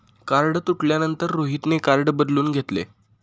card तुटल्यानंतर रोहितने card बदलून घेतले